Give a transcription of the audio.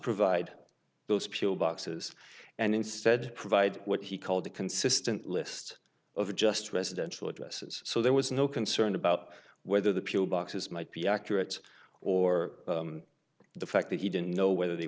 provide those pill boxes and instead provide what he called a consistent list of just residential addresses so there was no concern about whether the pill boxes might be accurate or the fact that he didn't know whether they